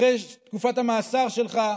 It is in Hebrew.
אחרי תקופת המאסר שלך,